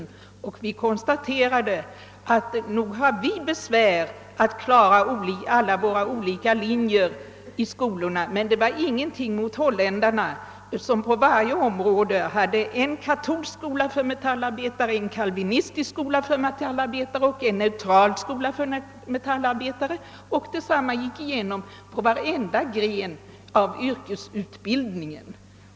Vi kunde då konstatera att vi visserligen har besvär att klara våra olika linjer i skolorna men att det var ingenting jämfört med holländarnas problem som exempelvis har en katolsk, en kalvinistisk och en neutral skola för metallarbetare — och detsamma gick igen inom varenda gren av yrkesutbildningen.